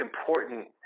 important